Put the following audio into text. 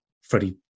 freddie